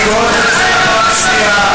אני קורא אותך לסדר פעם שנייה.